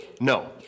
No